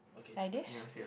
like this